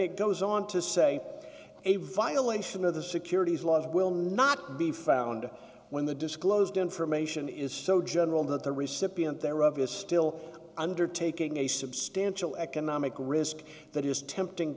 it goes on to say a violation of the securities laws will not be found when the disclosed information is so general that the recipient thereof is still undertaking a substantial economic risk that is tempting